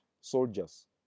soldiers